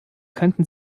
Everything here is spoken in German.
könnten